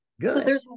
Good